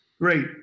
Great